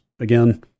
again